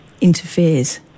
interferes